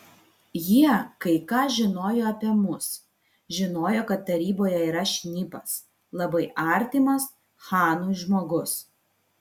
jie kai ką žinojo apie mus žinojo kad taryboje yra šnipas labai artimas chanui žmogus